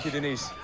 denise.